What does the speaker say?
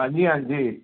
ਹਾਂਜੀ ਹਾਂਜੀ